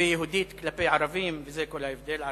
ויהודית כלפי ערבים, וזה כל ההבדל.